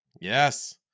yes